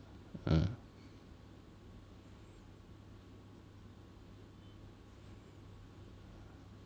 mm